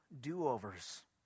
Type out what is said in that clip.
do-overs